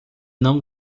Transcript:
não